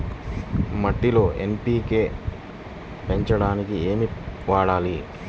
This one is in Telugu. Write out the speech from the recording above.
మట్టిలో ఎన్.పీ.కే పెంచడానికి ఏమి వాడాలి?